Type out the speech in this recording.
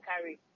carry